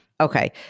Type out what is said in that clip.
Okay